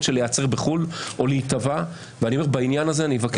של להיעצר בחו"ל או להיתבע ואני מבקש,